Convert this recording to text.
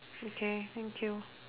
okay thank you